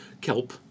kelp